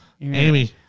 Amy